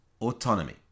autonomy